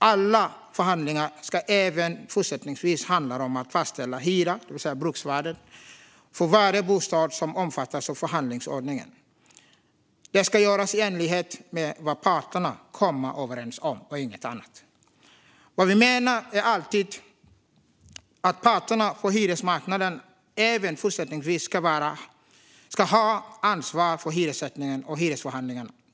Alla förhandlingar ska även fortsättningsvis handla om att fastställa hyra, det vill säga bruksvärde, för varje bostad som omfattas av förhandlingsordningen. Det ska göras i enighet med vad parterna kommer överens om och inget annat. Vad vi menar är alltså att parterna på hyresmarknaden även fortsättningsvis ska ha ansvar för hyressättningen och hyresförhandlingarna.